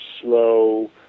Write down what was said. slow